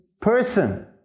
person